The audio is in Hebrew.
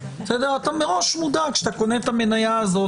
אתה מראש מודאג כשאתה קונה את המניה הזאת